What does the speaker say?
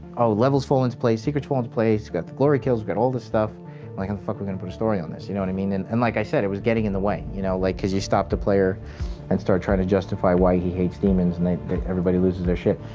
all levels fall in place, secret fall into place, got the glory kills got all the stuff like how the fuck are we gonna put a story on this? you know what i mean? and and like i said it was getting in the way you know like because you stopped the player and start trying to justify why he hates demons and they get everybody loses their shit.